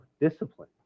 discipline